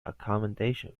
accommodation